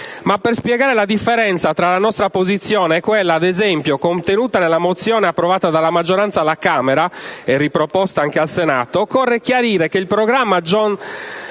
Per spiegare la differenza tra la nostra posizione e quella contenuta nella mozione approvata dalla maggioranza alla Camera dei deputati e riproposta anche al Senato, occorre chiarire che il programma Joint